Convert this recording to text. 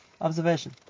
observation